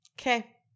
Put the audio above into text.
Okay